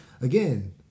again